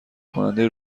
کننده